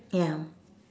ya